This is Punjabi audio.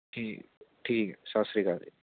ਠੀਕ ਠੀਕ ਹੈ ਸਤਿ ਸ਼੍ਰੀ ਅਕਾਲ ਜੀ